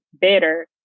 better